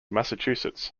massachusetts